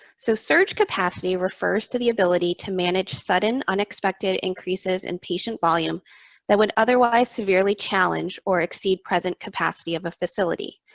so surge capacity refers to the ability to manage sudden unexpected increases in patient volume that would otherwise severely challenge or exceed present capacity of a facility.